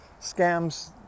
scams